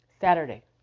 Saturday